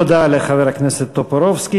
תודה לחבר הכנסת טופורובסקי.